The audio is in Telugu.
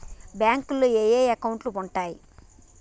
బ్యాంకులో ఏయే అకౌంట్లు ఉంటయ్?